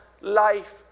life